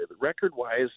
record-wise